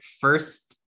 First